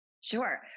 Sure